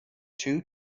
two